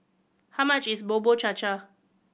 how much is Bubur Cha Cha